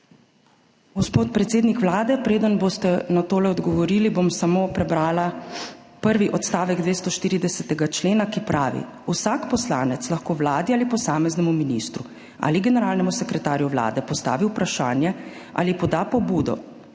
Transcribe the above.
Gospod predsednik Vlade, preden boste na tole odgovorili, bom samo prebrala prvi odstavek 240. člena, ki pravi: »Vsak poslanec lahko Vladi ali posameznemu ministru ali generalnemu sekretarju Vlade postavi vprašanje ali poda pobudo